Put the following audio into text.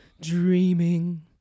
Dreaming